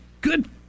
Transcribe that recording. good